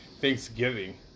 Thanksgiving